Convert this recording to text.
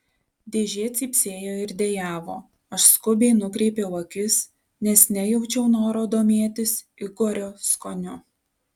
dėžė cypsėjo ir dejavo aš skubiai nukreipiau akis nes nejaučiau noro domėtis igorio skoniu